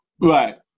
right